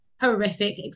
horrific